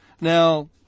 Now